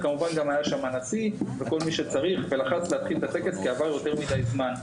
כמובן שהיה שם גם הנשיא והוא לחץ להתחיל את הטקס כי עבר יותר מידי זמן.